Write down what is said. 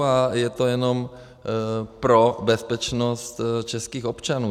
A je to jenom pro bezpečnost českých občanů.